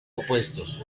opuestos